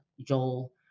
Joel